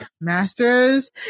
master's